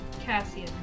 Cassian